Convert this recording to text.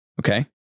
Okay